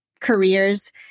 careers